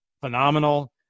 phenomenal